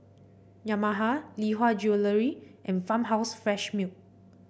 Yamaha Lee Hwa Jewellery and Farmhouse Fresh Milk